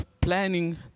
planning